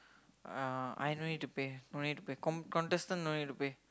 uh I no need to pay no need to pay com~ contestant no need to pay